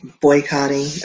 boycotting